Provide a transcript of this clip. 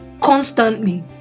constantly